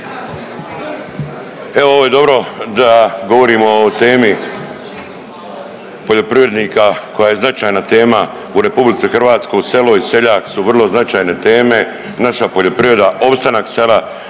Evo ovo je dobro da govorimo o temi poljoprivrednika koja je značajna tema u RH, selo i seljak su vrlo značajne teme, naša poljoprivreda, opstanak sela.